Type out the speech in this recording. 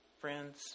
friends